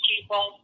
people